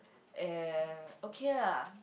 uh okay lah